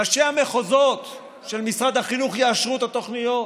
ראשי המחוזות של משרד החינוך יאשרו את התוכניות,